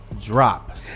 drop